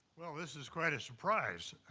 well, this is quite a surprise. i